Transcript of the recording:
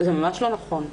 זה ממש לא נכון.